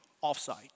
off-site